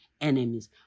enemies